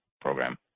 program